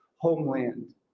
homeland